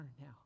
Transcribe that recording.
now